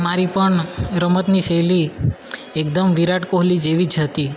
મારી પણ રમતની શૈલી એકદમ વિરાટ કોહલી જેવી જ હતી